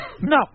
No